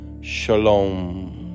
Shalom